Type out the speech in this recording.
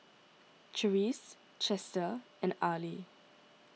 Cherise Chester and Arley